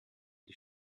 die